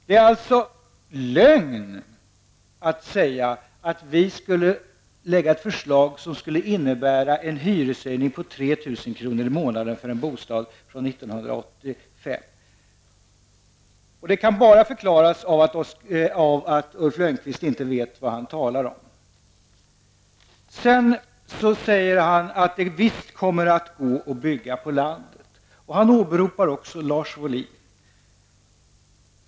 Det är alltså lögn att säga att vi lägger fram ett förslag som innebär en hyreshöjning på 3 000 kr. i månaden för en bostad belägen i ett hus byggt 1985 eller senare. Den enda förklaringen är att Ulf Lönnqvist inte vet vad han talar om. Bostadsministern sade vidare att det inte kommer att möta några hinder att bygga på landsbygden. Han åberopade också Lars Wohlin.